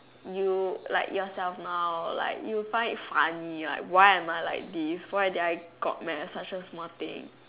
you like yourself now like you find it funny like why am I like this why did I got mad at such a small thing